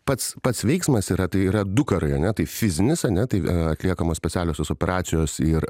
pats pats veiksmas yra tai yra du karai ane tai fizinis ane tai atliekamos specialios operacijos ir